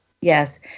Yes